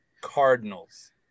Cardinals